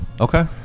Okay